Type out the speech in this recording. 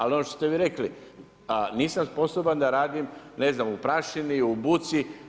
Ali ono što ste vi rekli, nisam sposoban da radim ne znam u prašini u buci.